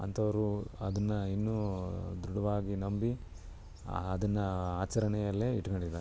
ಅಂಥವರು ಅದನ್ನು ಇನ್ನೂ ದೃಢವಾಗಿ ನಂಬಿ ಅದನ್ನು ಆಚರಣೆಯಲ್ಲೇ ಇಟ್ಕೊಂಡಿದ್ದಾರೆ